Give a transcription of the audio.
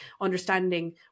understanding